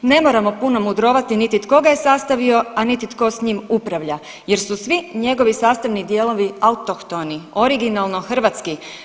Ne moramo puno mudrovati niti tko ga je sastavio, a niti tko s njim upravlja jer su svi njegovi sastavni dijelovi autohtoni, originalno hrvatski.